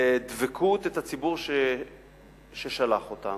בדבקות את הציבור ששלח אותם,